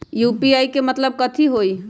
UPI के मतलब कथी होई?